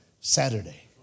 Saturday